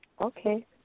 Okay